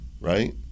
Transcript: right